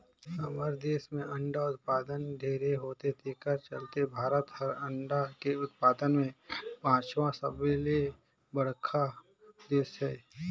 हमर देस में अंडा उत्पादन ढेरे होथे तेखर चलते भारत हर अंडा के उत्पादन में पांचवा सबले बड़खा देस हे